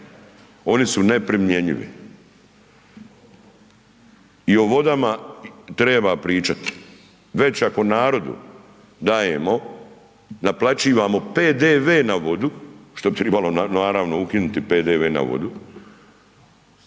oni su neprimjenjivi. I o vodama treba pričat, već ako narodu dajemo, naplaćivamo PDV na vodu, što bi tribalo ukinuti PDV na vodu,